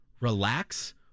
relax